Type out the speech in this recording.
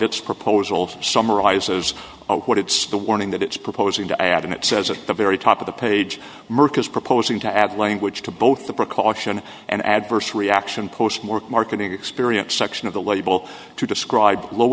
its proposals summarizes what it's the warning that it's proposing to add and it says at the very top of the page merck is proposing to add language to both the precaution and adverse reaction post mork marketing experience section of the label to describe low